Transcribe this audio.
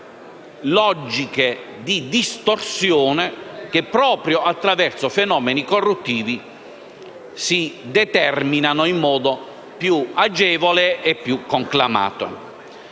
logiche di distorsione che, proprio attraverso fenomeni corruttivi, si determinano in modo più agevole e conclamato.